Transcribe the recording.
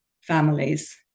families